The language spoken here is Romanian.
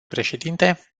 președinte